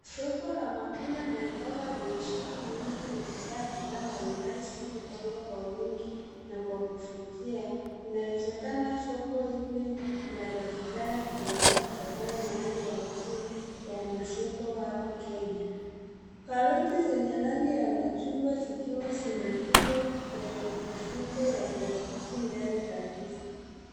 Soko la matunda na mboga lenye shughuli nyingi likijaa bidhaa mbalimbali zilizopangwa kwa uwingi na kwa kuvutia, inawezekana soko hili linapatikana Kitengela kutokana na hali halisi ya masoko hapa Kenya. Karoti zenye rangi ya machungwa zikiwa zimefungwa kwenye mifuko ya plastiki mbele kabisa.